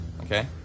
Okay